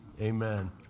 Amen